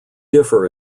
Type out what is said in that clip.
differ